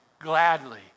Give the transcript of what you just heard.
gladly